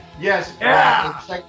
Yes